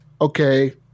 okay